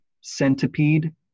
centipede